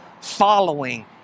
following